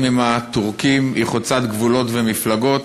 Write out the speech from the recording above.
עם הטורקים היא חוצת גבולות ומפלגות.